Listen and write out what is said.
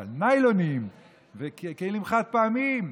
אבל ניילונים וכלים חד-פעמיים?